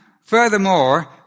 furthermore